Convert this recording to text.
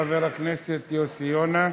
חבר הכנסת יוסי יונה.